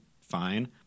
fine